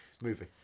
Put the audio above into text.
movie